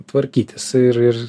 tvarkytis ir ir